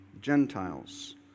Gentiles